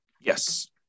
yes